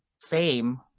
fame